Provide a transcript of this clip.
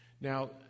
now